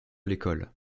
l’école